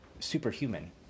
superhuman